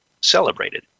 celebrated